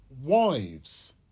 Wives